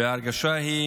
וההרגשה היא